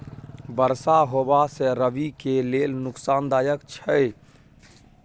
बरसा होबा से रबी के लेल नुकसानदायक छैय?